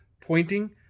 pointing